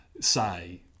say